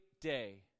day